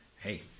hey